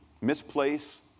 Misplace